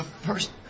first